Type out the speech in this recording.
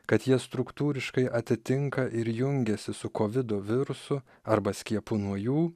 kad jie struktūriškai atitinka ir jungiasi su kovido virusu arba skiepu nuo jų